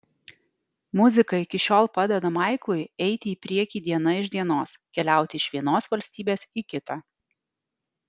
muzika iki šiol padeda maiklui eiti į priekį diena iš dienos keliauti iš vienos valstybės į kitą